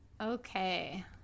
okay